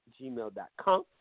gmail.com